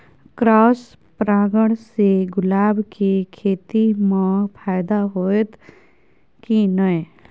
Cross परागण से गुलाब के खेती म फायदा होयत की नय?